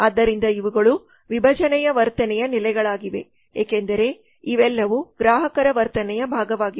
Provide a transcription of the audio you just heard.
ಆದ್ದರಿಂದ ಇವುಗಳು ವಿಭಜನೆಯ ವರ್ತನೆಯ ನೆಲೆಗಳಾಗಿವೆ ಏಕೆಂದರೆ ಇವೆಲ್ಲವೂ ಗ್ರಾಹಕರ ವರ್ತನೆಯ ಭಾಗವಾಗಿದೆ